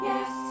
Yes